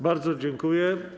Bardzo dziękuję.